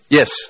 Yes